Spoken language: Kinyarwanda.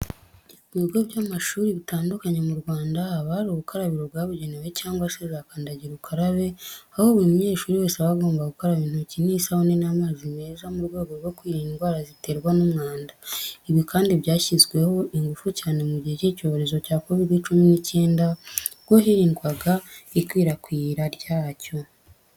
Mu bigo by'amashuri bitandukanye mu Rwanda haba hari ubukarabiro bwabugenewe cyangwa se za kandagira ukarabe, aho buri munyeshuri wese aba agomba gukaraba intoki n'isabune n'amazi meza mu rwego rwo kwirinda indwara ziterwa n'umwanda. Ibi kandi byashyizwemo ingufu cyane mu gihe cy'icyorezo cya Kovide cumi n'icyenda ubwo hirindwaga ikwirakwira ryacyo.